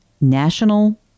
national